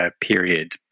period